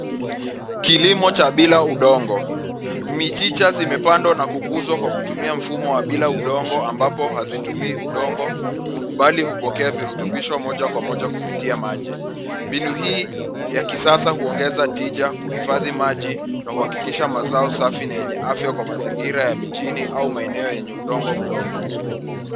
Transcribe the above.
Kilimo cha bila udongo. Michicha zimepandwa na kukuzwa kwa kutumia mfumo wa bila udongo, ambapo hazitumii udongo bali hupokea virutubisho moja kwa moja kupitia maji. Mbinu hii ya kisasa huongeza tija kuhifadhi maji na kuhakikisha mazao safi na yenye afya kwa mazingira ya mijini au maeneo yenye udongo mdogo.